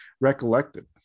recollected